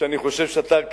ואני חושב שאתה,